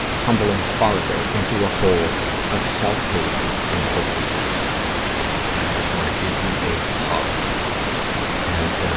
tumbling farther into a hole of self-hate and hopelessness. and i just want to give you a hug and,